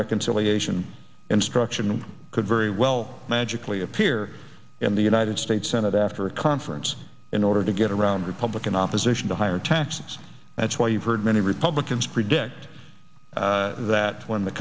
reconciliation instruction could very well magically appear in the united states senate after a conference in order to get around republican opposition to higher taxes that's why you've heard many republicans predict that when the